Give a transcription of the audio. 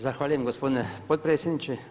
Zahvaljujem gospodine potpredsjedniče.